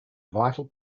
vital